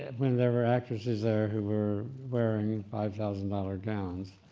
and when there were actresses there who were wearing five thousand dollar gowns.